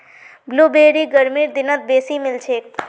blueberry गर्मीर दिनत बेसी मिलछेक